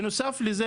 בנוסף לזה,